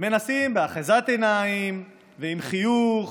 מנסים באחיזת עיניים ועם חיוך